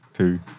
Two